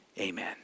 Amen